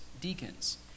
deacons